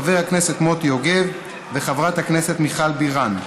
חבר הכנסת מוטי יוגב וחברת הכנסת מיכל בירן.